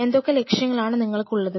എന്തൊക്കെ ലക്ഷ്യങ്ങളാണ് നിങ്ങൾക്കുള്ളത്